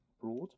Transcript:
broad